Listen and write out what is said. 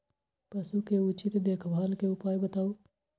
पशु के उचित देखभाल के उपाय बताऊ?